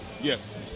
Yes